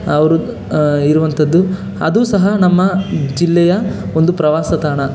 ಅವರು ಇರುವಂಥದ್ದು ಅದು ಸಹ ನಮ್ಮ ಜಿಲ್ಲೆಯ ಒಂದು ಪ್ರವಾಸ ತಾಣ